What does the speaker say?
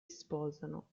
sposano